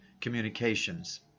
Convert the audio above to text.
communications